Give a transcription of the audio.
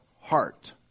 heart